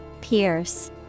Pierce